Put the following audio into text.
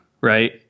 Right